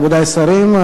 מכובדי השרים,